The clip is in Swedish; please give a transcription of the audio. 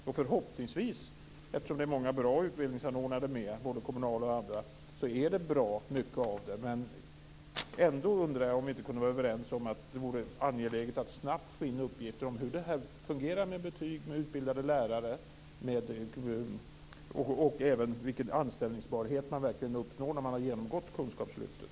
Jag tror att finns många bra utbildningsanordnare, kommunala och andra, som gör mycket av detta, men jag undrar ändå om vi inte kunde vara överens om att det vore angeläget att snabbt få in uppgifter om hur det fungerar med betyg och med utbildade lärare och även vilken anställningsbarhet man verkligen uppnår när man har genomgått kunskapslyftet.